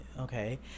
okay